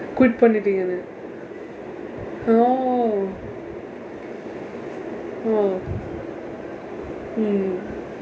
quit பண்ணிட்டீங்க:pannitdiingka oh oh mm